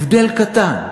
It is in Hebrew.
הבדל קטן.